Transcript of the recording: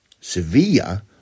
Sevilla